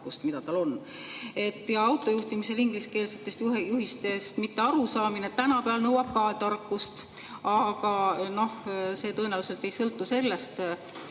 mida tal on. Ja auto juhtimisel ingliskeelsetest juhistest mittearusaamine tänapäeval nõuab ka tarkust. Aga noh, see tõenäoliselt ei sõltu sellest,